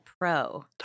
pro